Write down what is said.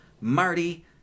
Marty